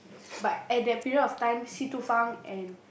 but at that period of time Si Tu Feng and